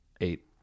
Eight